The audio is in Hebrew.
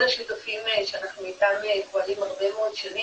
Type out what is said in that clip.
קודם כל כיף לראות את כל השותפים שאנחנו פועלים איתם הרבה מאוד שנים.